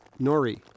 nori